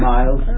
Miles